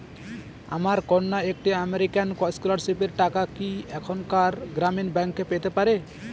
আমার কন্যা একটি আমেরিকান স্কলারশিপের টাকা কি এখানকার গ্রামীণ ব্যাংকে পেতে পারে?